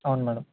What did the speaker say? అవును మేడం